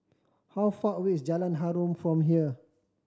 how far away is Jalan Harum from here